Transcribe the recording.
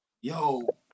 Yo